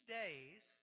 days